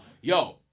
Yo